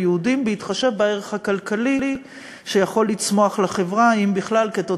בפני חברי הכנסת שאישרתי להם שאילתות